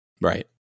Right